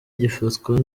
gifatwa